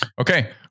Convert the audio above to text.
Okay